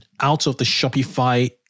out-of-the-Shopify